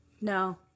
No